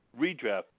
redraft